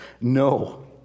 No